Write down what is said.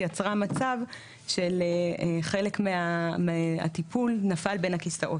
יצרה מצב שחלק מהטיפול נפל בין הכיסאות,